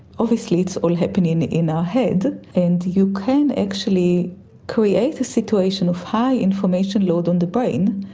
obviously it's all happening in our head, and you can actually create a situation of high information load on the brain,